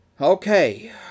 Okay